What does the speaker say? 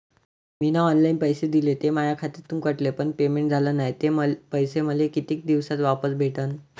मीन online पैसे दिले, ते माया खात्यातून कटले, पण पेमेंट झाल नायं, ते पैसे मले कितीक दिवसात वापस भेटन?